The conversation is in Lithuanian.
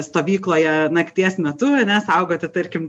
stovykloje nakties metu ane saugoti tarkim